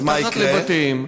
מתחת לבתיהם,